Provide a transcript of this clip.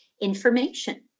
information